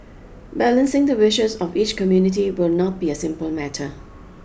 balancing the wishes of each community will not be a simple matter